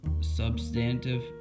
substantive